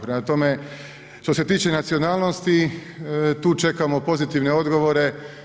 Prema tome, što se tiče nacionalnosti, tu čekamo pozitivne odgovore.